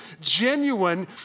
genuine